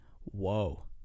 whoa